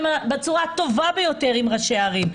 האלה בצורה הטובה ביותר עם ראשי העיריות.